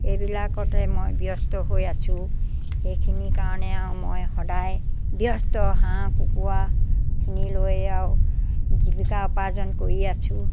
এইবিলাকতে মই ব্যস্ত হৈ আছো সেইখিনিৰ কাৰণে আৰু মই সদায় ব্যস্ত হাঁহ কুকুৰাখিনি লৈ আৰু জীৱিকা উপাৰ্জন কৰি আছো